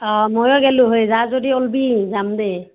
অঁ ময়ো গ'লোঁ হয় যাৱ যদি ওলাবি যাম দেই